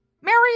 Mary